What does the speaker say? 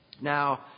Now